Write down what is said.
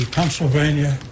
Pennsylvania